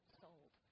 sold